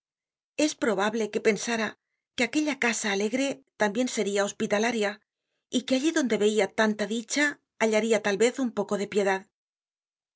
es probable que pensara que aquella casa alegre tambien seria hospitalaria y que allí donde veia tanta dicha hallaria tal vez un poco de piedad